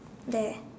there